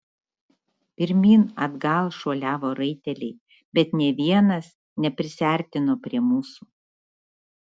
pirmyn atgal šuoliavo raiteliai bet nė vienas neprisiartino prie mūsų